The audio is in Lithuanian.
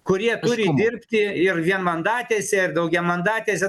kurie turi dirbti ir vienmandatėse ir daugiamandatėse